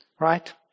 Right